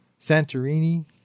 Santorini